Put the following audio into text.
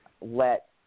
let